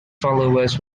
followers